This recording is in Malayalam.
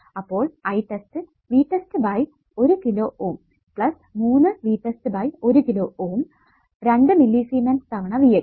അപ്പോൾ I test V test by 1 kilo Ω3 V test by 1 kilo Ω 2 millisiemens തവണ v x